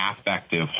affective